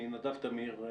מנדב תמיר,